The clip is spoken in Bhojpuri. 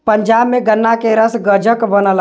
पंजाब में गन्ना के रस गजक बनला